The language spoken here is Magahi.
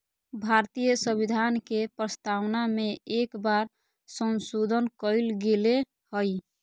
भारतीय संविधान के प्रस्तावना में एक बार संशोधन कइल गेले हइ